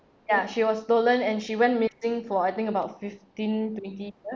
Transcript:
ya she was stolen and she went missing for I think about fifteen twenty years